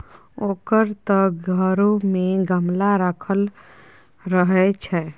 ओकर त घरो मे गमला राखल रहय छै